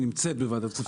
היא נמצאת בוועדת כספים.